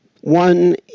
One